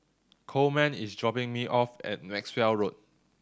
Coleman is dropping me off at Maxwell Road